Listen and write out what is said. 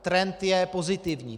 Trend je pozitivní.